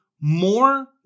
more